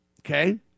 okay